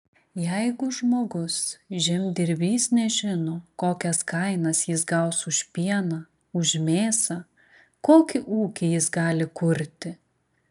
jeigu žmogus žemdirbys nežino kokias kainas jis gaus už pieną už mėsą kokį ūkį jis gali kurti